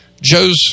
Joe's